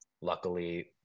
luckily